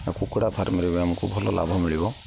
ଆଉ କୁକୁଡ଼ା ଫାର୍ମରେ ବି ଆମକୁ ଭଲ ଲାଭ ମିଳିବ